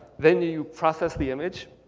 then you process the image